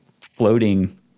floating